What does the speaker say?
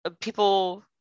people